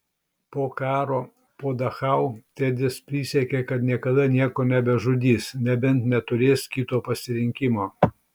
po karo po dachau tedis prisiekė kad niekada nieko nebežudys nebent neturės kito pasirinkimo